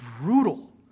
brutal